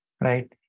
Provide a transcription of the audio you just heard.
right